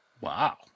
Wow